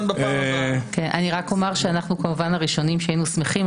אני רק אומר שאנחנו כמובן הראשונים שהיינו שמחים,